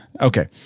Okay